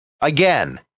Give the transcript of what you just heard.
Again